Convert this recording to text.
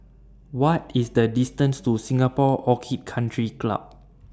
What IS The distance to Singapore Orchid Country Club